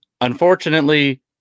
Unfortunately